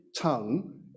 tongue